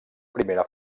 primera